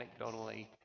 anecdotally